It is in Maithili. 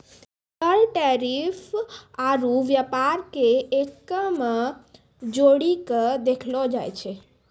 कर टैरिफ आरू व्यापार के एक्कै मे जोड़ीके देखलो जाए छै